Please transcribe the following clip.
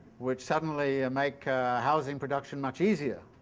which suddenly ah make housing production much easier.